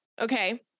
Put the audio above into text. okay